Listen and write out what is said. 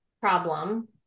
problem